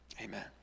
amen